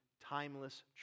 timeless